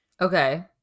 Okay